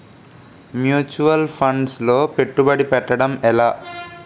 Mutual funds లో పెట్టుబడి పెట్టడం ఎలా?